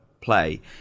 play